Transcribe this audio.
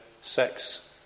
sex